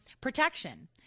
protection